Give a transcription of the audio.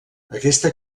aquesta